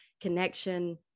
connection